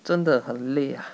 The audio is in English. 真的很累啊